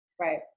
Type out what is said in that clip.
Right